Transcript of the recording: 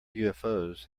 ufos